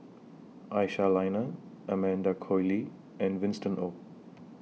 Aisyah Lyana Amanda Koe Lee and Winston Oh